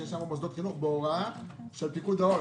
שיש שם מוסדות חינוך שנסגרו בהוראה של פיקוד העורף.